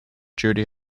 duty